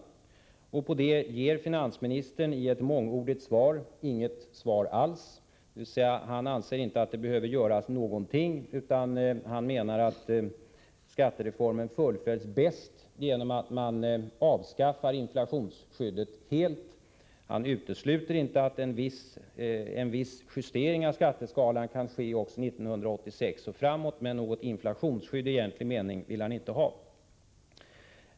På den frågan ger finansministern i ett mångordigt interpellationssvar egentligen inte något svar alls. Han anser inte att det behöver göras någonting, utan menar att skattereformen fullföljs bäst genom att man avskaffar inflationsskyddet helt. Finansministern utesluter inte att en viss justering av skatteskalan kan ske också 1986 och framåt, men något inflationsskydd i egentlig mening vill han inte ha.